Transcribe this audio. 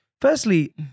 firstly